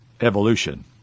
evolution